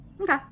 Okay